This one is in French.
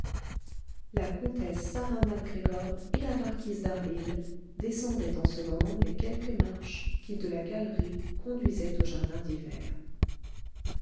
la comtesse sarah mac gregor et la marquise d'harville descendaient en ce moment les quelques marches qui de la galerie conduisaient au jardin d'hiver